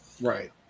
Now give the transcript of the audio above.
right